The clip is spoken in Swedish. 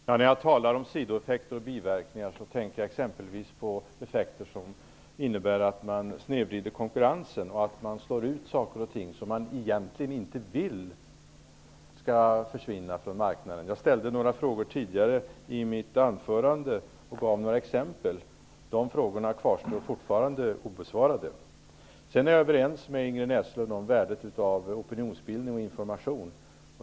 Herr talman! När jag talar om sidoeffekter och biverkningar tänker jag exempelvis på effekter som innebär att man snedvrider konkurrensen och att man slår ut saker och ting som man egentligen inte vill skall försvinna från marknaden. Jag ställde några frågor och gav några exempel tidigare i mitt anförande. De frågorna kvarstår fortfarande obesvarade. Jag är överens med Ingrid Näslund om värdet av opinionsbildning och information.